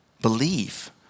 Believe